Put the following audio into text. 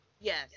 Yes